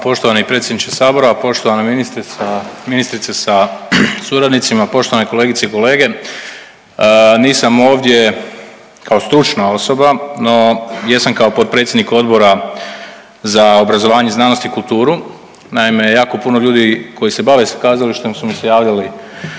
poštovani predsjedniče sabora, poštovana ministrica, ministrice sa suradnicima, poštovane kolegice i kolege. Nisam ovdje kao stručna osoba, no jesam kao potpredsjednik Odbora za obrazovanje, znanost i kulturu. Naime, jako puno ljudi koji se bave s kazalištem su mi se javili